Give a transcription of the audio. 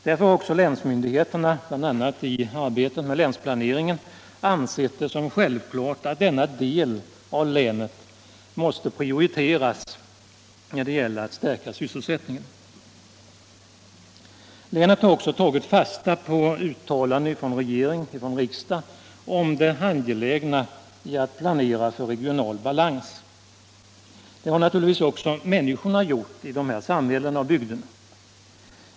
Därför har också länsmyndigheterna bl.a. i arbetet med länsplaneringen ansett det självklart att denna del av länet måste prioriteras när det gäller att stärka sysselsättningen. Länet har tagit fasta på uttalanden från regering och riksdag om det angelägna i att planera för regional balans. Det har människorna naturligtvis också gjort i dessa samhällen och bygder.